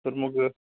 तर मग